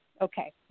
Okay